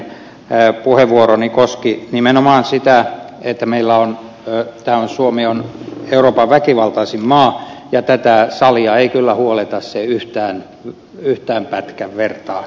puheenvuoroni koski nimenomaan sitä että suomi on euroopan väkivaltaisin maa ja tätä salia ei kyllä huoleta se yhtään pätkän vertaa